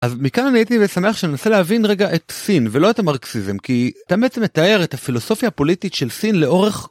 אז מכאן הייתי שמח שנסה להבין רגע את סין ולא את המרקסיזם כי אתה בעצם מתאר את הפילוסופיה הפוליטית של סין לאורך.